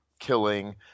Killing